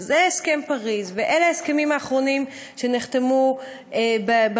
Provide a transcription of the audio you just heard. זה הסכם פריז ואלה ההסכמים האחרונים שנחתמו בעולם,